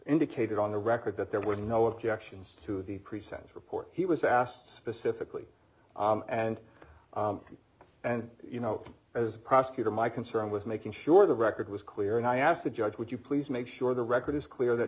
indicated on the record that there were no objections to the pre sentence report he was asked specifically and and you know as a prosecutor my concern with making sure the record was clear and i asked the judge would you please make sure the record is clear that